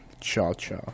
Cha-Cha